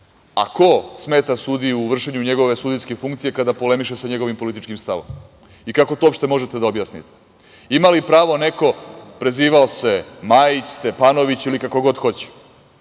A ko smeta sudiji u vršenju njegove sudijske funkcije kada polemiše sa njegovim političkim stavom? I kako to uopšte možete da objasnite? Ima li prava neko, prezivao se Majić, Stepanović, ili kako god hoće,